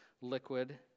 liquid